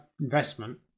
investment